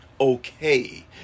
okay